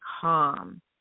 calm